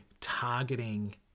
targeting